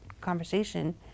conversation